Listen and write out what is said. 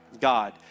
god